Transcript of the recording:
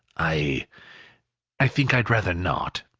i i think i'd rather not,